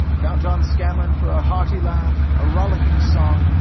count on scanlan for a hearty laugh, a rollicking song,